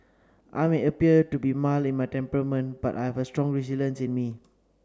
I may appear to be mild in my temperament but I have a strong resilience in me